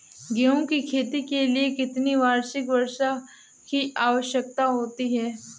गेहूँ की खेती के लिए कितनी वार्षिक वर्षा की आवश्यकता होती है?